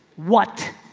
what?